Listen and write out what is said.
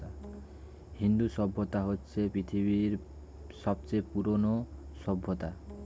হিন্দু সভ্যতা হচ্ছে পৃথিবীর সবচেয়ে পুরোনো সভ্যতা